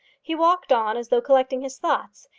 he walked on as though collecting his thoughts,